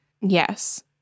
Yes